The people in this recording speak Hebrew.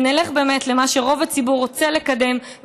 ונלך באמת למה שרוב הציבור רוצה לקדם,